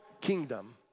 kingdom